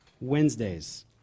Wednesdays